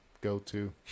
go-to